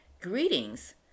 Greetings